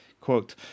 Quote